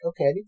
okay